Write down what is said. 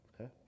okay